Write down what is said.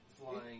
flying